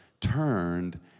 turned